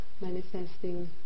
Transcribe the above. manifesting